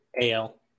AL